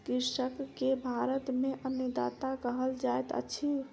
कृषक के भारत में अन्नदाता कहल जाइत अछि